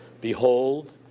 Behold